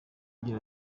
agira